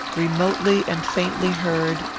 remotely and faintly heard,